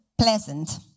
pleasant